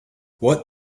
what